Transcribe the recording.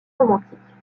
romantiques